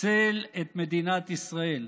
הצל את מדינת ישראל.